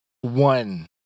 one